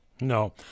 No